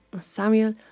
Samuel